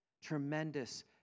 Tremendous